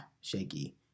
shaky